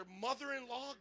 mother-in-law